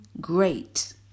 great